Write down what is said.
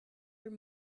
your